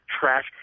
trash